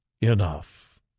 enough